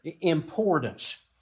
importance